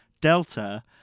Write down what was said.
Delta